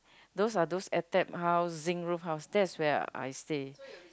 those are those at that housing roof house that is where I stay